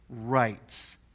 rights